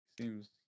seems